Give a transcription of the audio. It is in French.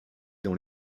dans